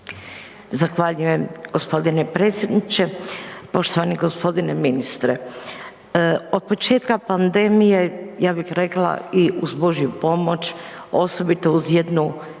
Zahvaljujem gospodine predsjedniče. Poštovani gospodine ministre, otpočetka pandemije ja bih rekla i uz Božju pomoć osobito uz jednu pametnu,